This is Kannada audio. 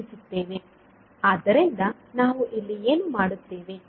ಆದ್ದರಿಂದ ನಾವು ಇಲ್ಲಿ ಏನು ಮಾಡುತ್ತೇವೆ